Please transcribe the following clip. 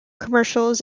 commercials